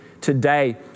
today